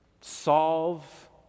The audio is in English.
solve